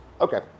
Okay